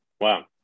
Wow